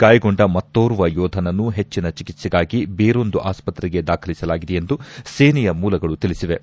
ಗಾಯಗೊಂಡ ಮತ್ತೋರ್ವ ಯೋಧನನ್ನು ಹೆಚ್ಚನ ಚಿಕಿತ್ಸೆಗಾಗಿ ಬೇರೊಂದು ಆಸ್ಪತ್ರೆಗೆ ದಾಖಲಿಸಲಾಗಿದೆ ಎಂದು ಸೇನೆಯ ಮೂಲಗಳು ತಿಳಿಸಿವೆ